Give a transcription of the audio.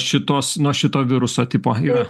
šitos nuo šito viruso tipo yra